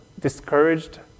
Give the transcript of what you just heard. discouraged